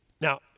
Now